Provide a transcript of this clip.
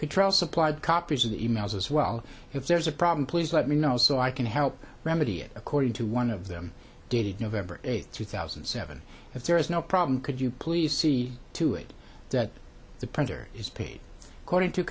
patrol supplied copies of the e mails as well if there's a problem please let me know so i can help remedy it according to one of them dated november eighth two thousand and seven if there is no problem could you please see to it that the printer is paid according to